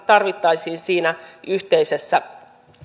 tarvittaisiin siinä yhteisessä